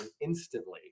instantly